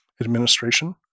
administration